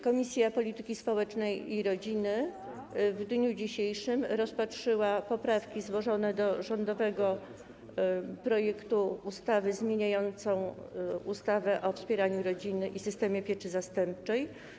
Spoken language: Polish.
Komisja Polityki Społecznej i Rodziny w dniu dzisiejszym rozpatrzyła poprawki złożone do rządowego projektu ustawy zamieniającego ustawę o wspieraniu rodziny i systemie pieczy zastępczej.